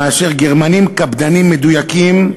מאשר גרמנים קפדנים, מדויקים,